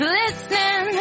listening